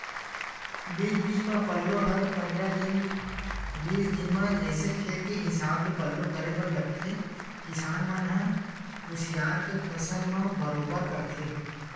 बीच बीच म पल्लो हर पंद्रह दिन बीस दिन म जइसे खेत के हिसाब ले पल्लो करे बर लगथे किसान मन ह कुसियार के फसल म बरोबर करथे